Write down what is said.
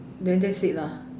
then that's it lah